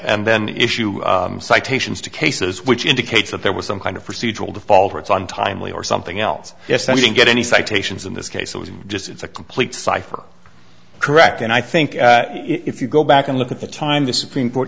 and then issue citations to cases which indicates that there was some kind of procedural defaults on timely or something else yes i didn't get any citations in this case it was just it's a complete cypher correct and i think if you go back and look at the time the supreme court